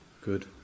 Good